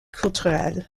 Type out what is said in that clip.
culturelle